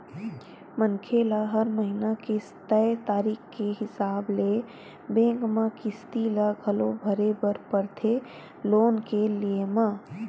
मनखे ल हर महिना के तय तारीख के हिसाब ले बेंक म किस्ती ल घलो भरे बर परथे लोन के लेय म